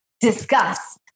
Discuss